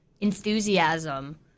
enthusiasm